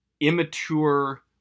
immature